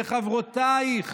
וחברותייך